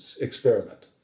experiment